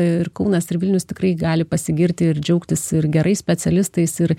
ir kaunas ir vilnius tikrai gali pasigirti ir džiaugtis ir gerais specialistais ir